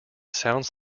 sounds